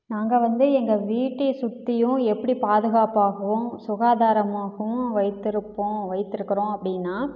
நாங்கள் வந்து எங்கள் வீட்டை சுற்றியும் எப்படி பாதுகாப்பாகவும் சுகாதாரமாகவும் வைத்திருப்போம் வைத்திருக்கிறோம் அப்படின்னா